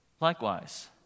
Likewise